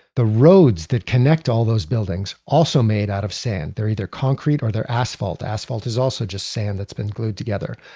the roads that connect all of those buildings, also made out of sand. they're either concrete or they're asphalt. asphalt is also just sand that's been glued together.